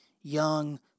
Young